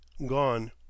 gone